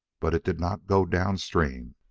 but it did not go down-stream.